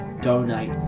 donate